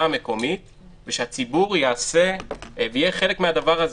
המקומית ושהציבור יהיה חלק מן הדבר הזה.